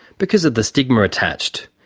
because of the stigma attached.